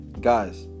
Guys